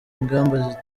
ingamba